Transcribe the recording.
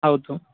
ಹೌದು